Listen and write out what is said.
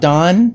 Don